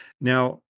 Now